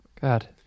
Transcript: God